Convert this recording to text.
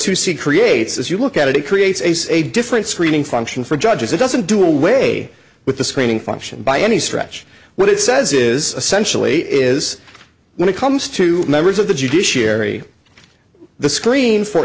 see creates if you look at it it creates a different screening function for judges it doesn't do away with the screening function by any stretch what it says is essentially is when it comes to members of the judiciary the scream for